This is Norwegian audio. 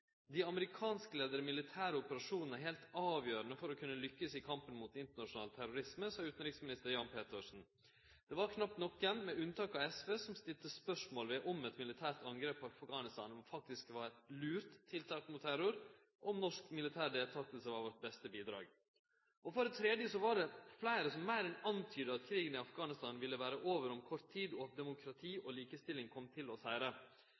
militære operasjonene er helt avgjørende for å kunne lykkes i kampen mot internasjonal terrorisme», sa utanriksminister Jan Petersen. Det var knapt nokon, med unntak av SV, som stilte spørsmål ved om eit militært angrep mot Afghanistan faktisk var eit lurt tiltak mot terror, og om norsk militær deltaking var vårt beste bidrag. For det tredje var det fleire som meir enn antyda at krigen i Afghanistan ville vere over om kort tid, og at demokrati og likestilling kom til å